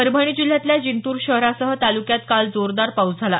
परभणी जिल्ह्यातल्या जिंतूर शहरासह तालुक्यात काल जोरदार पाऊस झाला